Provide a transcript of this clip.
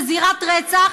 לזירת רצח,